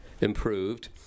improved